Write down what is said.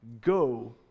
Go